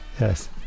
yes